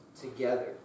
together